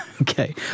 Okay